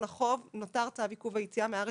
החוב נותר צו עיכוב היציאה מן הארץ.